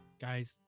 guys